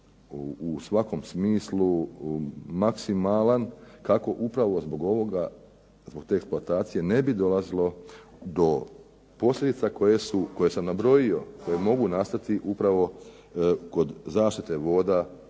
u svakom smislu maksimalan kako upravo zbog ovoga zbog te eksploatacije ne bi dolazilo do posljedica koje sam nabrojio koje mogu nastati upravo kod zaštite voda